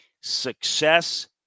Success